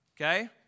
okay